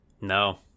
No